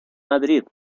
madrid